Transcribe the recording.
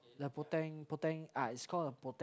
the Poteng Poteng ah it's called a Poteng